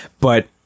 But-